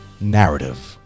narrative